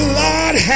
lord